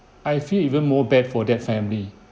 I feel even more bad for that family